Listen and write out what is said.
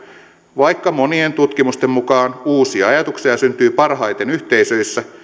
vaikka monien tutkimusten mukaan uusia ajatuksia syntyy parhaiten yhteisöissä